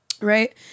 right